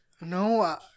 No